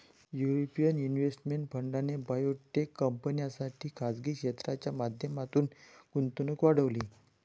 European investment फंडाने biotech कंपन्यांसाठी खासगी क्षेत्राच्या माध्यमातून गुंतवणूक वाढवली